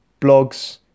blogs